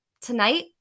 Tonight